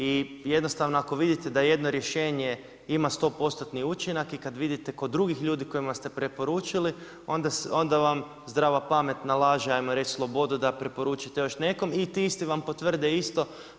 I jednostavno ako vidite da jedno rješenje ima stopostotni učinak i kad vidite kod drugih ljudi kojima ste preporučili onda vam zdrava pamet nalaže hajmo reći slobodu da preporučite još nekom i ti isti vam potvrde isto.